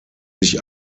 sich